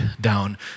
down